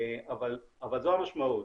אבל זו המשמעות,